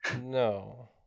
No